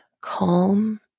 calm